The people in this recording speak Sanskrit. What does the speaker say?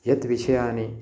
यत्विषयाणि